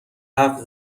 حرف